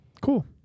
cool